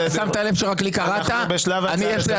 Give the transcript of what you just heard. יש לי